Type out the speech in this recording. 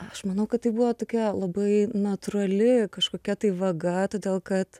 aš manau kad tai buvo tokia labai natūrali kažkokia tai vaga todėl kad